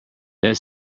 that